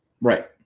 Right